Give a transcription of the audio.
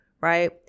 right